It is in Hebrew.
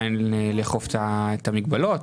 בעיקרון אין את הנתונים לגבי מספר הנדבקים.